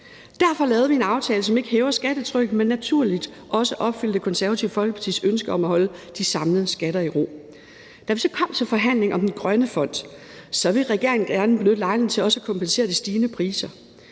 Derfor lavede vi en aftale, som ikke hæver skattetrykket, men naturligt også opfylder Det Konservative Folkepartis ønske om at holde de samlede skatter i ro. Da vi så kom til forhandlingerne om den grønne fond, ville regeringen gerne benytte lejligheden til også at kompensere for de stigende priser.